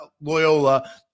Loyola